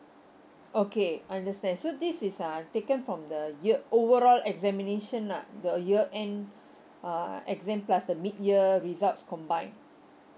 okay understand so this is uh taken from the year overall examination lah the year end uh exam plus the mid year results combined